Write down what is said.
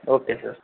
okay sir